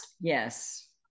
Yes